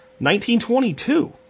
1922